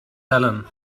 helen